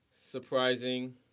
surprising